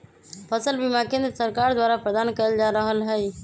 फसल बीमा केंद्र सरकार द्वारा प्रदान कएल जा रहल हइ